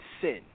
sin